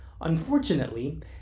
Unfortunately